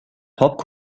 پاپ